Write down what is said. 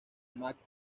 match